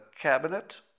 cabinet